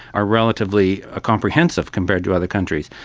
are relatively ah comprehensive compared to other countries.